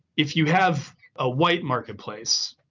if you have a white marketplace,